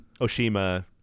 Oshima